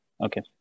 Okay